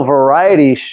Variety